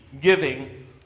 giving